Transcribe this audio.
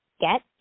get